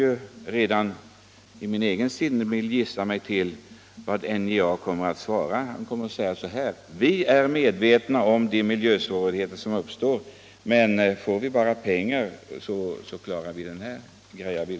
Jag kan i mitt stilla sinne gissa mig till vad NJA kommer att svara. Man kommer att säga: Vi är medvetna om de miljösvårigheter som uppstår, men får vi bara pengar så grejar vi den saken.